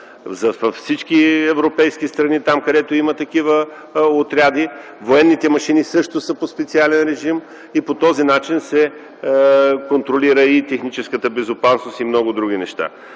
Във всички европейски страни, където има такива отряди, военните машини също са по специален режим – по този начин се контролира и техническата безопасност, и много други неща.